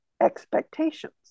expectations